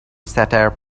satire